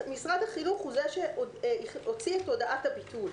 משרד החינוך הוא זה שהוציא את הודעת הביטול.